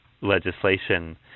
legislation